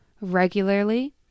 regularly